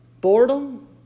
boredom